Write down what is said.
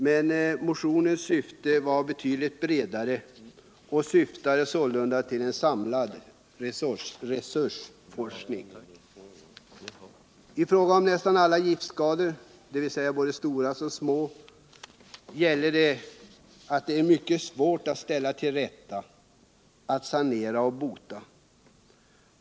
Men motionens syfte var betydligt bredare och avsåg en samlad resursforskning. I fråga om nästan alla giftskador — dvs. både stora och små giftkatastrofer— gäller att det är mycket svårt att ställa till rätta, sanera och bota.